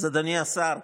אז אדוני השר,